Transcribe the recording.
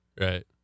right